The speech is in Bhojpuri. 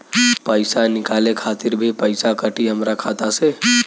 पईसा निकाले खातिर भी पईसा कटी हमरा खाता से?